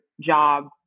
job